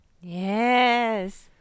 yes